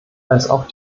auch